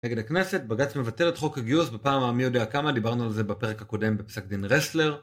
נגד הכנסת, בג״ץ מבטל את חוק הגיוס בפעם ה-מי יודע כמה, דיברנו על זה בפרק הקודם בפסק דין רסלר